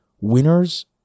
winners